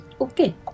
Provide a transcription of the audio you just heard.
Okay